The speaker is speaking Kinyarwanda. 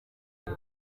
uko